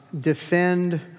defend